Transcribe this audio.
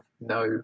no